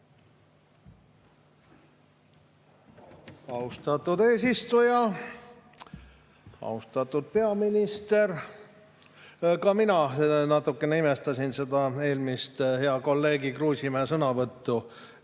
Austatud eesistuja! Austatud peaminister! Ka mina natuke imestasin seda eelmist, hea kolleegi Kruusimäe sõnavõttu.